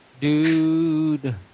Dude